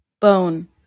Bone